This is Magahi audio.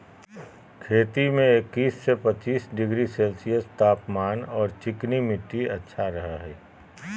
खेती में इक्किश से पच्चीस डिग्री सेल्सियस तापमान आर चिकनी मिट्टी अच्छा रह हई